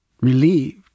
Relieved